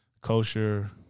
Kosher